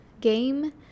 game